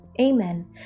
Amen